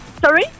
sorry